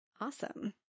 Awesome